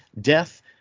Death